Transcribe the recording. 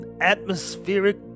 atmospheric